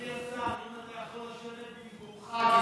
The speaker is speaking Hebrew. השר, אם אתה יכול לשבת במקומך.